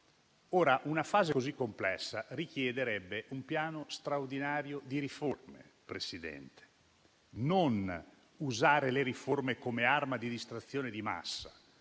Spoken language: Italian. Una fase così complessa richiederebbe un piano straordinario di riforme, Presidente, e non l'utilizzo delle riforme come arma di distrazione di massa: